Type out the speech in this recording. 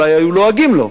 אולי היו לועגים לו,